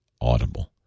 Audible